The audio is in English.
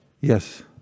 Yes